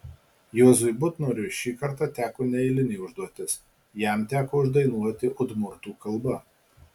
juozui butnoriui šį kartą teko neeilinė užduotis jam teko uždainuoti udmurtų kalba